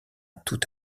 tout